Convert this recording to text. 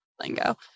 lingo